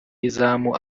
y’izamu